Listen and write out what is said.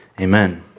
Amen